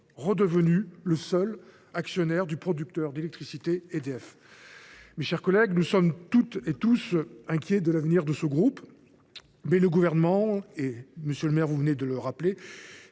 redevenu le seul actionnaire du producteur d’électricité EDF. Mes chers collègues, nous sommes toutes et tous inquiets de l’avenir de ce groupe, mais le Gouvernement a pris des engagements à de nombreuses